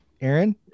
Aaron